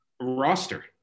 roster